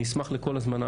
עאידה אני אשמח לכל הזמנה,